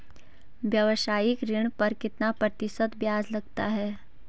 व्यावसायिक ऋण पर कितना प्रतिशत ब्याज लगता है?